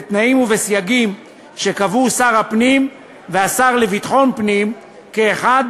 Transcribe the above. בתנאים ובסייגים שקבעו שר הפנים והשר לביטחון הפנים כאחד,